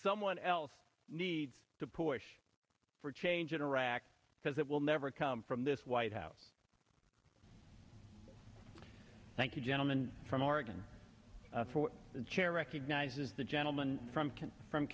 someone else needs to push for change in iraq because it will never come from this white house thank you gentleman from oregon for the chair recognizes the gentleman from from